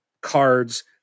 cards